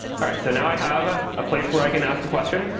all right, so now i have ah a place where i can ask a question,